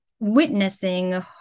witnessing